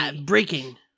Breaking